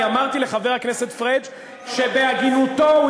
אני אמרתי לחבר הכנסת פריג' שבהגינותו הוא